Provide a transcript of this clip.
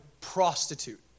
prostitute